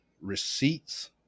receipts